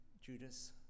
Judas